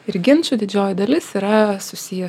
ir ginčų didžioji dalis yra susiję